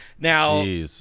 Now